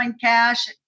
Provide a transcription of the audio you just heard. Cash